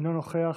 אינו נוכח.